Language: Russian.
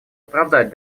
оправдать